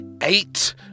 eight